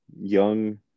young